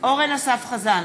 אורן אסף חזן,